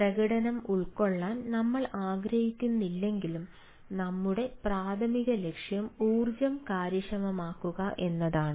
പ്രകടനം ഉൾക്കൊള്ളാൻ നമ്മൾ ആഗ്രഹിക്കുന്നില്ലെങ്കിലും നമ്മുടെപ്രാഥമിക ലക്ഷ്യം ഊർജ്ജ കാര്യക്ഷമമാക്കുക എന്നതാണ്